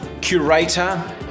curator